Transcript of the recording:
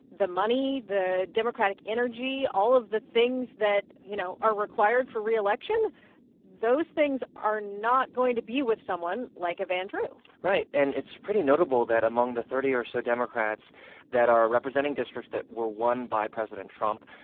the money, the democratic energy all of the things that, you know, are required for reelection those things are not going to be with someone like a van drew right. and it's pretty notable that among the thirty or so democrats that are representing districts that were won by president trump,